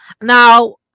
now